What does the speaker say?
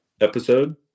episode